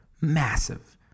massive